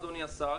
אדוני השר.